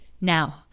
Now